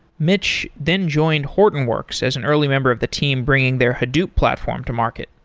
mitch then joined hortonworks as an early member of the team bringing their hadoop platform to market.